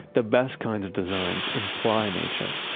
the best kinds of designs imply nature,